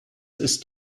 ist